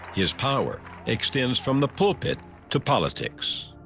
his power extends from the pulpit to politics.